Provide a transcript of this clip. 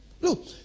look